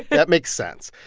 that makes sense.